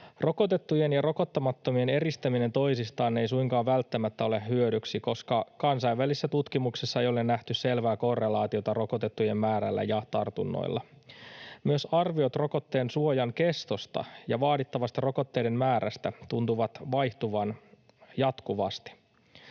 Rokotettujen ja rokottamattomien eristäminen toisistaan ei suinkaan välttämättä ole hyödyksi, koska kansainvälisissä tutkimuksissa ei ole nähty selvää korrelaatiota rokotettujen määrällä ja tartunnoilla. Myös arviot rokotteen suojan kestosta ja vaadittavasta rokotteiden määrästä tuntuvat vaihtuvan jatkuvasti.